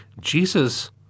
Jesus